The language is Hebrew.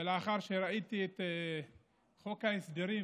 ולאחר שראיתי את חוק ההסדרים